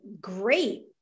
great